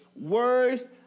words